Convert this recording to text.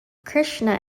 krishna